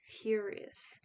furious